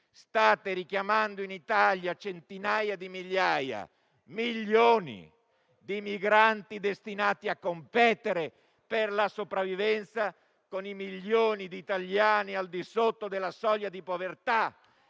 State richiamando in Italia centinaia di migliaia, milioni di migranti, destinati a competere per la sopravvivenza con i milioni di italiani al di sotto della soglia di povertà.